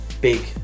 Big